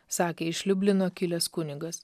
sakė iš liublino kilęs kunigas